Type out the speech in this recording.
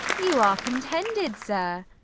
you are contended, sir!